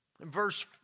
Verse